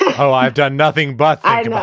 ah oh, i've done nothing but i